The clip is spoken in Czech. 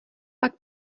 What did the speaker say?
pak